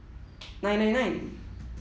nine nine nine